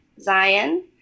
Zion